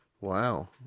Wow